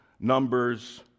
Numbers